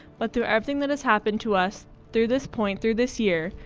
but through everything that has happened to us through this point, through this year,